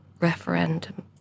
referendum